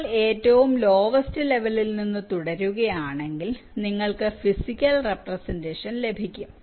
ഇപ്പോൾ ഏറ്റവും ലോവെസ്റ് ലെവലിൽ നിന്ന് തുടരുകയാണെങ്കിൽ നിങ്ങൾക്ക് ഫിസിക്കൽ റെപ്രെസെന്റഷൻ ലഭിക്കും